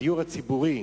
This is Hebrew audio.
הדיור הציבורי,